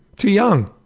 too young.